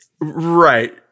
Right